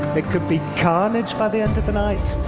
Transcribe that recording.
it could be carnage by the end of the night.